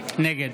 נגד